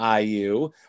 iu